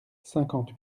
cinquante